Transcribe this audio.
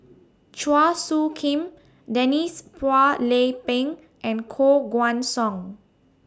Chua Soo Khim Denise Phua Lay Peng and Koh Guan Song